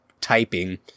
typing